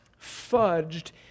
fudged